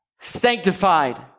sanctified